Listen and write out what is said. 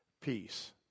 peace